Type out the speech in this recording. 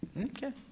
Okay